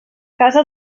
casa